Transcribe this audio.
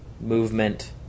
movement